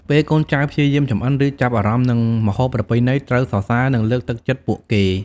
ពេលកូនចៅព្យាយាមចម្អិន ឬចាប់អារម្មណ៍នឹងម្ហូបប្រពៃណី ត្រូវសរសើរ និងលើកទឹកចិត្តពួកគេ។